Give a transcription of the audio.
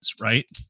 right